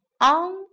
On